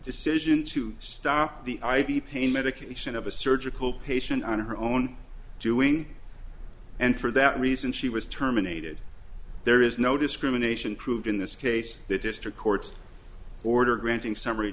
decision to stop the i v pain medication of a surgical patient on her own doing and for that and she was terminated there is no discrimination proved in this case the district court's order granting summary